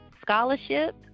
scholarship